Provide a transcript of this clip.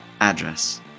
address